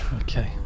Okay